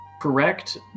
Correct